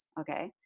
okay